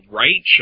right